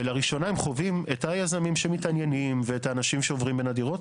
לראשונה הם חווים את היזמים שמתעניינים ואת האנשים שעוברים בין הדירות.